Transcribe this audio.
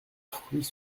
fruits